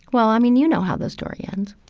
well, i mean, you know how the story ends